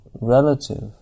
relative